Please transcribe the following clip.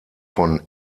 von